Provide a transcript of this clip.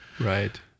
Right